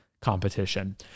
competition